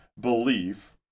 belief